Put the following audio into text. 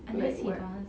unless he does